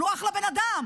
אבל הוא אחלה בן אדם,